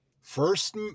first